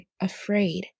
afraid